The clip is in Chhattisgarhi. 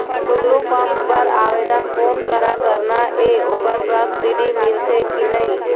टुल्लू पंप बर आवेदन कोन करा करना ये ओकर सब्सिडी मिलथे की नई?